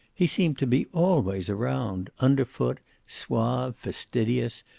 he seemed to be always around, underfoot, suave, fastidious,